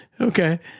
Okay